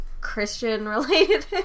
Christian-related